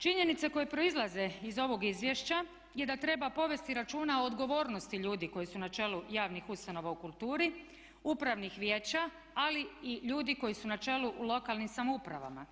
Činjenice koje proizlaze iz ovog izvješća je da treba povesti računa o odgovornosti ljudi koji su na čelu javnih ustanova u kulturi, upravnih vijeća ali i ljudi koji su na čelu u lokalnim samoupravama.